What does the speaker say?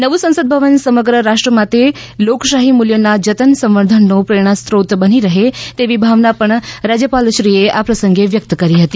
નવું સંસદ ભવન સમગ્ર રાષ્ટ્ર માટે લોકાશાહી મૂલ્યોના જતન સંવર્ધનનો પ્રેરણાસ્ત્રોત બની રહે તેવી ભાવના પણ રાજ્યપાલશ્રીએ વ્યક્ત કરી હતી